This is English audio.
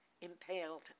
impaled